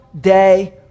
day